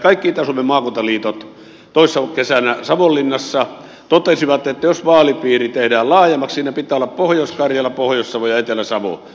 kaikki itä suomen maakuntaliitot toissa kesänä savonlinnassa totesivat että jos vaalipiiri tehdään laajemmaksi siinä pitää olla pohjois karjala pohjois savo ja etelä savo